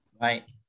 Right